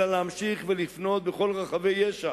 אלא להמשיך לבנות בכל רחבי יש"ע,